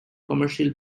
commercial